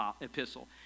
epistle